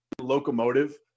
locomotive